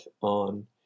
on